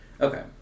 Okay